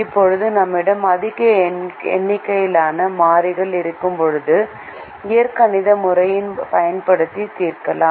இப்போது நம்மிடம் அதிக எண்ணிக்கையிலான மாறிகள் இருக்கும்போது இயற்கணித முறையைப் பயன்படுத்தி தீர்க்கலாம்